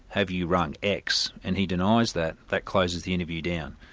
have you rung x? and he denies that, that closes the interview down.